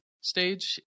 stage